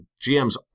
GMs